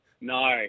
No